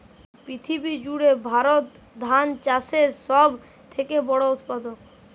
পৃথিবী জুড়ে ভারত ধান চাষের সব থেকে বড় উৎপাদক